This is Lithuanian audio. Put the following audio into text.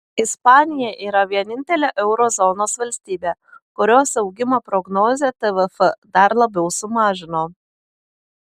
ispanija yra vienintelė euro zonos valstybė kurios augimo prognozę tvf dar labiau sumažino